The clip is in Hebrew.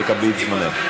תקבלי את זמנך.